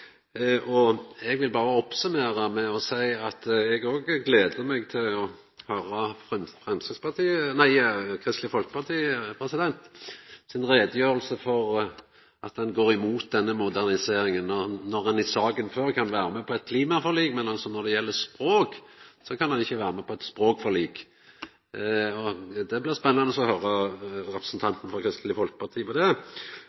Eg vil berre oppsummera med å seia at eg òg gler meg til å høyra Kristeleg Folkeparti si utgreiing om kvifor ein går imot denne moderniseringa. I saka før kan ein vera med på eit kyrkjeforlik, men når det gjeld språk, kan ein ikkje vera med på eit språkforlik. Det blir spennande å høyra